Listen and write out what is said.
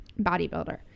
Bodybuilder